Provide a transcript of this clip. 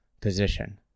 position